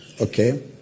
Okay